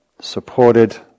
supported